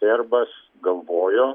airbus galvojo